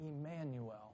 Emmanuel